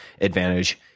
advantage